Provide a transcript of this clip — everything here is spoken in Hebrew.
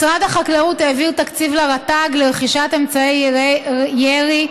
משרד החקלאות העביר תקציב לרט"ג לרכישת אמצעי ירי,